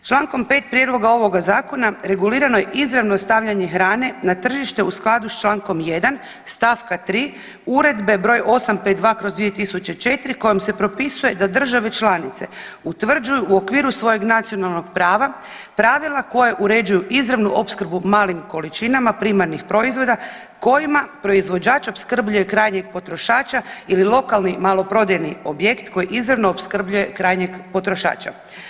Člankom 5. prijedloga ovoga zakona regulirano je izravno stavljanje hrane na tržište u skladu sa Člankom 1. stavka 3. Uredbe broj 852/2004 kojom se propisuje da države članice utvrđuju u okviru svojeg nacionalnog prava pravila koja uređuju izravnu opskrbu malim količinama primarnih proizvoda kojima proizvođač opskrbljuje krajnjeg potrošača ili lokalni maloprodajni objekt koji izravno opskrbljuje krajnjeg potrošača.